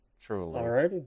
Truly